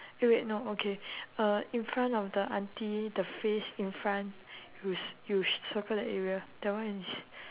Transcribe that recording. eh wait no okay uh in front of the auntie the face in front you c~ you circle the area that one is